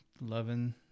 loving